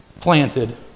planted